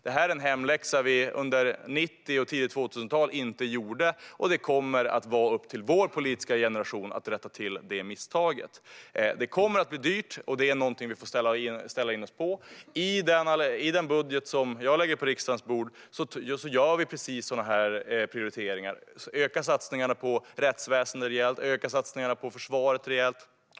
Det här är en hemläxa vi inte gjorde under 90-talet och det tidiga 2000-talet, och det kommer att vara upp till vår politiska generation att rätta till detta misstag. Det kommer att bli dyrt; det är någonting vi får ställa in oss på. I den budget som vi lägger på riksdagens bord gör vi precis sådana här prioriteringar. Vi ökar satsningarna på rättsväsendet rejält, och vi ökar satsningarna på försvaret rejält.